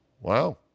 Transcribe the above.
Wow